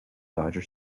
dodger